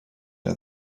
her